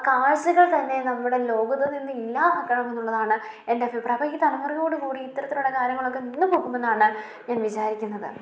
കാഴ്ച്ചകൾ തന്നെ നമ്മുടെ ലോകത്തുനിന്ന് ഇല്ലാതാക്കണമെന്നുള്ളതാണ് എൻ്റെ അഭിപ്രായം അപ്പോൾ ഈ തലമുറയോടുകൂടി ഇത്തരത്തിലുള്ള കാര്യങ്ങളൊക്കെ നിന്നു പോകുമെന്നാണ് ഞാൻ വിചാരിക്കുന്നത്